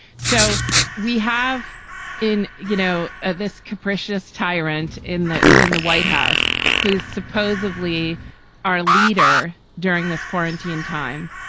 so we have in, you know, ah this capricious tyrant in the in the white house who is supposedly our leader during this quarantine time,